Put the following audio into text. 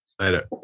later